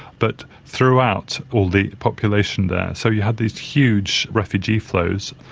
but throughout all the population there, so you had these huge refugee flows,